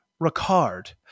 ricard